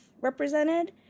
represented